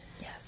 Yes